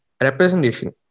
representation